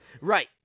Right